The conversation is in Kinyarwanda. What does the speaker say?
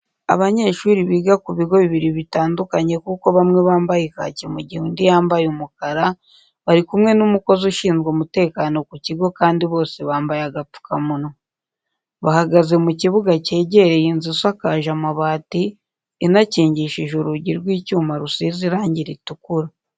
Abanyeshuri biga ku bigo bibiri bitandukanye kuko bamwe bambaye kaki mu gihe, undi yambaye umukara, bari kumwe n'umukozi ushinzwe umutekano ku kigo kandi bose bambaye agapfukamunwa. Bahagaze mu kibuga cyegereye inzu isakaje amabati, inakingishije urugi rw'icyuma rusize irangi ritukura.